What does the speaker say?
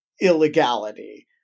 illegality